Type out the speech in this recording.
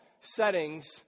settings